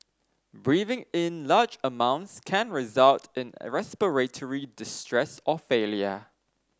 breathing in large amounts can result in respiratory distress or failure